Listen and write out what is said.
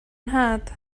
nhad